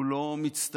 הוא לא מצטיין,